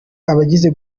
abagize